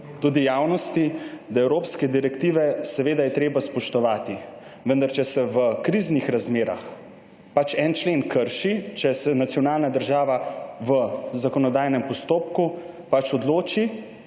tudi javnosti, da evropske direktive je seveda treba spoštovati, vendar če se v kriznih razmerah en člen krši, če se nacionalna država v zakonodajnem postopku odloči,